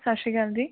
ਸਤਿ ਸ਼੍ਰੀ ਅਕਾਲ ਜੀ